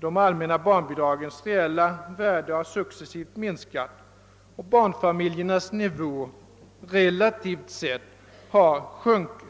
De allmänna barnbidragens reella värde har successivt minskat. Barnfamiljernas nivå, relativt sett, har sjunkit.